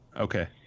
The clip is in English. Okay